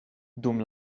dum